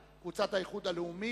קבוצת רע"ם-תע"ל, קבוצת האיחוד הלאומי,